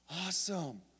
Awesome